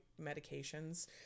medications